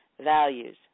values